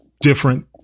different